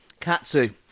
Katsu